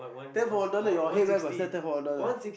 ten for one dollar your head where got sell ten for one dollar